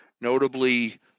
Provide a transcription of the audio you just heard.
notably